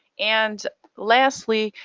and lastly,